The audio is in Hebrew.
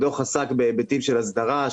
הדוח עסק בהיבטים של הסדרה,